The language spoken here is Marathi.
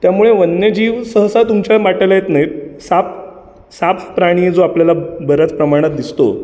त्यामुळे वन्य जीव सहसा तुमच्या मॅटेला येत नाहीत साप साप प्राणीये जो आपल्याला बऱ्याच प्रमाणात दिसतो